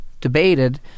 debated